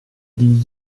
die